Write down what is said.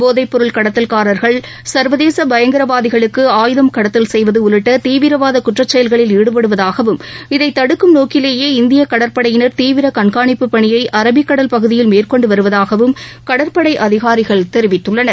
போதைப் பொருள் கடத்தல்காரர்கள் சர்வதேச பயங்கரவாதிகளுக்கு அயுத கடத்தல் செய்வது உள்ளிட்ட தீவிரவாத குற்றச் செயல்களில் ஈடுபடுவதாகவும் இதைத் தடுக்கும் நோக்கிவேயே இந்தியக் கடற்படையினர் தீவிர கண்கானிப்புப் பணியை அரபிக் கடல் பகுதியில் மேற்கொண்டு வருவதாகவும் கடற்படை அதிகாரிகள் தெரிவித்துள்ளனர்